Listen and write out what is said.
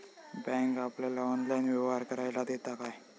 Bank आपल्याला online व्यवहार करायला देता काय?